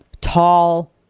tall